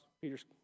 Peter's